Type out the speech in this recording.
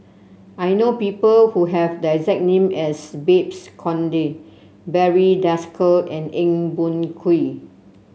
I know people who have the exact name as Babes Conde Barry Desker and Eng Boh Kee